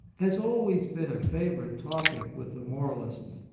has always been a favourite topic with the moralists.